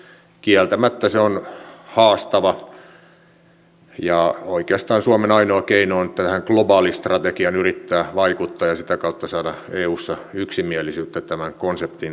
kieltämättä se on haastava ja oikeastaan suomen ainoa keino tähän globaalistrategiaan yrittää vaikuttaa ja sitä kautta saada eussa yksimielisyyttä tämän konseptin kehittämiselle